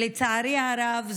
לצערי הרב,